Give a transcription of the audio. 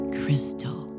crystal